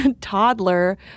toddler